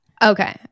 okay